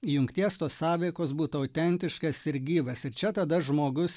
jungties tos sąveikos būtų autentiškas ir gyvas ir čia tada žmogus